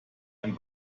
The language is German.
ein